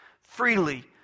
freely